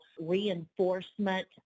reinforcement